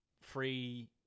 free